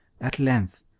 at length,